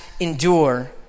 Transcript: endure